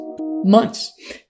months